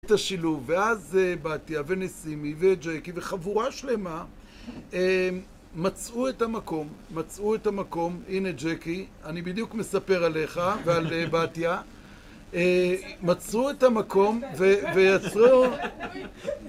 ...השילוב, ואז בתיה, ונסימי, וג'קי, וחבורה שלמה מצאו את המקום, מצאו את המקום, הנה ג'קי, אני בדיוק מספר עליך, ועל בתיה, מצאו את המקום, ויצרו...